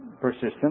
persistent